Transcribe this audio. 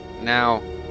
now